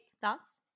Thoughts